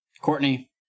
Courtney